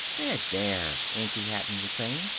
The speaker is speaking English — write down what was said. there, there! angie hatton was saying.